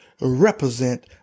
represent